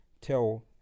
tell